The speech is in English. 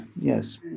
yes